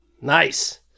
Nice